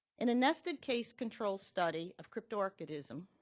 in a nested case-control study of cryptorchidism,